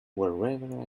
wherever